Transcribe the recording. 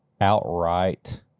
outright